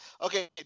Okay